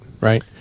right